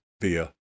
via